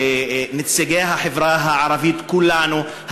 נציגי החברה הערבית כולנו,